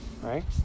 Right